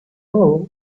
all